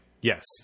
Yes